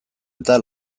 eta